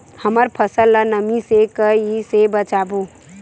हमर फसल ल नमी से क ई से बचाबो?